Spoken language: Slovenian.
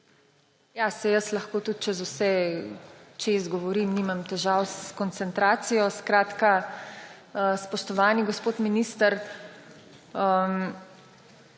Saj jaz lahko tudi čez vse govorim, nimam težav s koncentracijo. Skratka, spoštovani gospod minister,